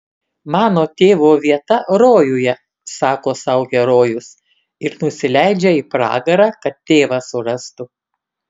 mano tėvo vieta rojuje sako sau herojus ir nusileidžia į pragarą kad tėvą surastų